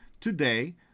Today